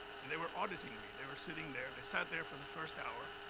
and they were auditing me. they were sitting there. they sat there for the first hour.